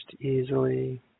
easily